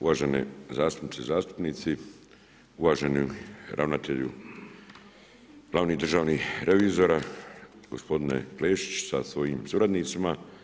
Uvaženi zastupnice i zastupnici, uvaženi ravnatelju glavni državni revizoru gospodine Krešić sa svojim suradnicima.